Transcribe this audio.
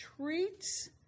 treats